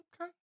Okay